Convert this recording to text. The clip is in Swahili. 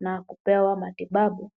na kupewa matibabu.